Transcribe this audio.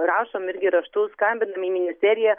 rašom irgi raštus skambinam į ministeriją